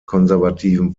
konservativen